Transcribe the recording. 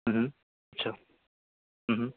अच्छा